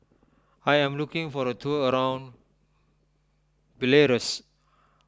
I am looking for a tour around Belarus